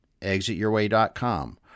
ExitYourWay.com